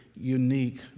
unique